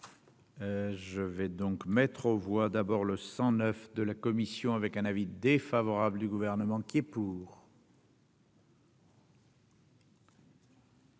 Je vais donc mettre aux voix, d'abord le sang 9 de la Commission, avec un avis défavorable du gouvernement qui est pour.